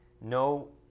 No